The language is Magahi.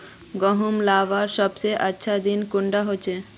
गहुम लगवार सबसे अच्छा दिन कुंडा होचे?